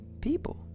people